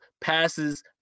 passes